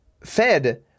Fed